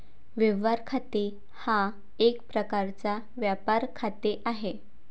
व्यवहार खाते हा एक प्रकारचा व्यापार खाते आहे